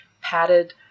padded